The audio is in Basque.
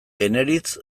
eneritz